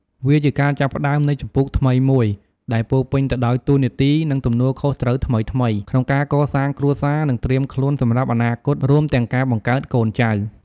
វាជាការចាប់ផ្តើមនៃជំពូកថ្មីមួយ ដែលពោរពេញទៅដោយតួនាទី និងទំនួលខុសត្រូវថ្មីៗ ក្នុងការកសាងគ្រួសារ និងត្រៀមខ្លួនសម្រាប់អនាគត រួមទាំងការបង្កើតកូនចៅ។